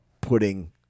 putting